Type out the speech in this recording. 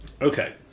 Okay